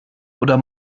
oder